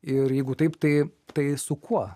ir jeigu taip tai tai su kuo